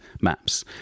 maps